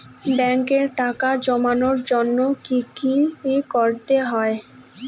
ব্যাংকে টাকা জমানোর জন্য কি কি করতে হয়?